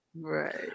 right